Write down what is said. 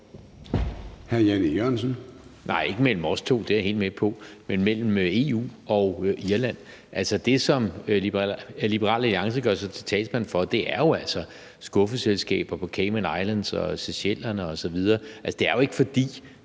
E. Jørgensen (V): Nej, ikke mellem os to, det er jeg helt med på, men mellem EU og Irland. Det, som Liberal Alliance gør sig til talsmand for, er jo altså skuffeselskaber på Cayman Islands, Seychellerne osv. Altså, det er jo ikke, fordi